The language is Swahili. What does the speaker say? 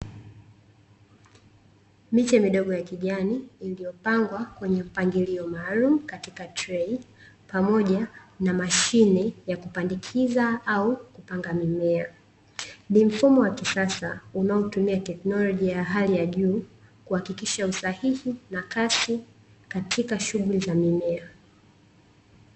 Miche midogo ya kijani, iliyopangwa kwenye mpangilio maalumu katika trei pamoja na mashine ya kupandikiza au kupanga mimea. Ni mfumo wa kisasa unaotumia teknolojia ya hali ya juu kuhakikisha usahihi na kasi katika shughuli za mimea.